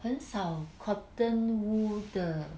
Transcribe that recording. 很少 cotton wool 的